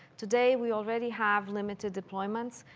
today, we already have limited deployments,